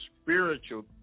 spiritual